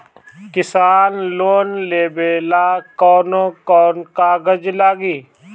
किसान लोन लेबे ला कौन कौन कागज लागि?